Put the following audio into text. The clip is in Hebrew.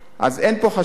אבל צריך להתעמת,